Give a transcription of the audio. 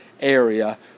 area